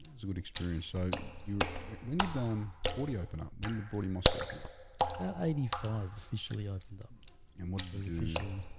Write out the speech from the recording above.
it's a good experience so you winded damn bawdy open up when the body must open up that eighty five? officially opened up and what was originally?